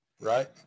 right